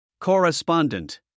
Correspondent